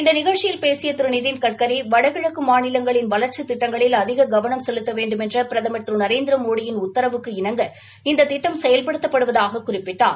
இந்த நிகழ்ச்சியில் பேசிய திரு நிதின்கட்கரி வடகிழக்கு மாநிலங்களின் வளர்ச்சி திட்டங்களில் அதிக கவனம் செலுத்த வேண்டுமென்ற பிரதம் திரு நரேந்திரமோடியின் உத்தரவுக்கு இணங்க இந்த திட்டம் செயல்படுத்தப்படுவதாகக் குறிப்பிட்டார்